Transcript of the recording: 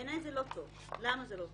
בעיניי זה לא טוב, למה זה לא טוב?